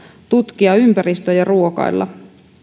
tutkia ympäristöä ja ruokailla